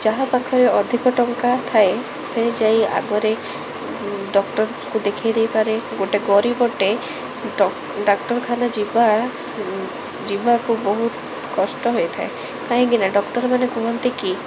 ଯାହା ପାଖରେ ଅଧିକ ଟଙ୍କା ଥାଏ ସେ ଯାଇ ଆଗରେ ଡକ୍ଟରକୁ ଦେଖାଇ ଦେଇ ପାରେ ଗୋଟେ ଗରିବଟେ ଡ ଡାକ୍ତରଖାନ ଯିବା ଯିବାକୁ ବହୁତ କଷ୍ଟ ହୋଇଥାଏ କାହିଁକି ନା ଡକ୍ଟର ମାନେ କୁହନ୍ତି କି